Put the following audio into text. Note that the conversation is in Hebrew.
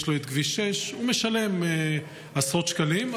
יש לו כביש 6. הוא משלם עשרות שקלים,